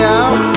out